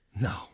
No